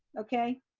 okay?